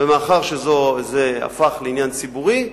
ומאחר שזה הפך לעניין ציבורי,